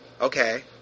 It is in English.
Okay